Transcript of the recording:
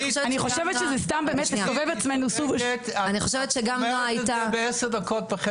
אפשר לפתור את זה בחדר בעשר דקות.